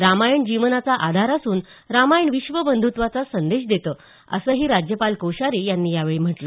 रामायण जीवनाचा आधार असून रामायण विश्वबंध्त्वाचा संदेश देतं असंही राज्यपाल कोश्यारी यांनी यावेळी म्हटलं